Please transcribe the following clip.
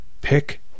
pick